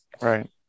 right